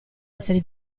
essere